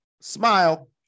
smile